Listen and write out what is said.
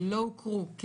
לא הוכרו.